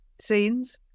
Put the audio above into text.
scenes